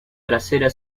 trasera